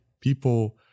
people